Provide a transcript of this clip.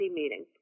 meeting